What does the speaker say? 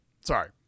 Sorry